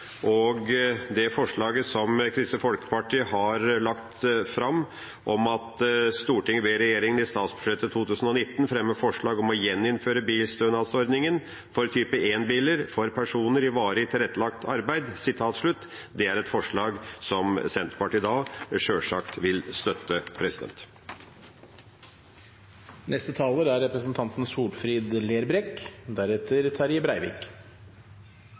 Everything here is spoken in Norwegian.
og forslaget som Kristelig Folkeparti har lagt fram, «Stortinget ber regjeringen i statsbudsjettet 2019 fremme forslag om å gjeninnføre bilstønadsordningen for type 1-biler for personer i varig tilrettelagt arbeid», er et forslag Senterpartiet sjølsagt vil støtte.